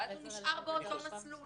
ואז הוא נשאר באותו מסלול.